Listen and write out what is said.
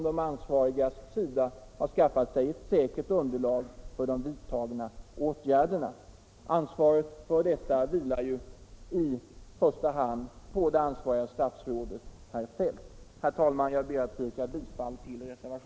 I annat fall hade inte läget blivit det som det är i dag. Det har skett förlikning mellan parterna och därmed tycker jag att affären kan vara utagerad.